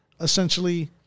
essentially